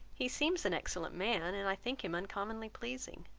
he seems an excellent man and i think him uncommonly pleasing.